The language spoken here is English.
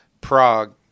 Prague